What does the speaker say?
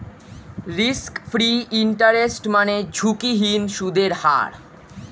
risk free interest মানে ঝুঁকিহীন সুদের হার